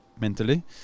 mentally